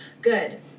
Good